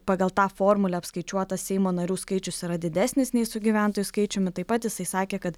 pagal tą formulę apskaičiuotas seimo narių skaičius yra didesnis nei su gyventojų skaičiumi taip pat jisai sakė kad